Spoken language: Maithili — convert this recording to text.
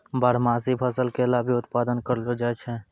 बारहमासी फसल केला भी उत्पादत करलो जाय छै